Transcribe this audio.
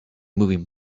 moving